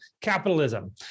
capitalism